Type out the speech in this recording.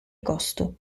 agosto